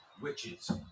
witches